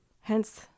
hence